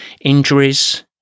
injuries